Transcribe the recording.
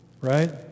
right